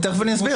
אני תכף אסביר.